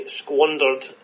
squandered